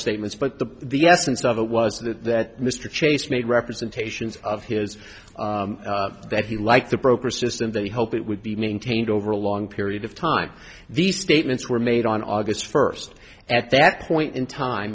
statements but the the essence of it was that mr chase made representations of his that he liked the broker system that he hoped it would be maintained over a long period of time these statements were made on august first at that point in time